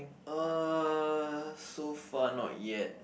uh so far not yet